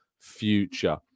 future